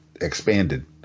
expanded